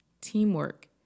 teamwork